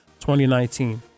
2019